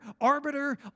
arbiter